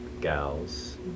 gals